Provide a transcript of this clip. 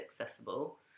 accessible